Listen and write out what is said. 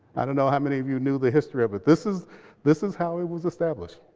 i don't know how many of you knew the history of it. this is this is how it was established.